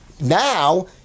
now